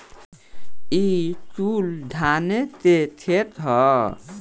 ई कुल धाने के खेत ह